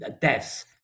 deaths